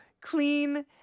clean